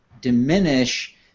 diminish